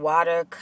Water